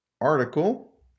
article